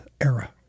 era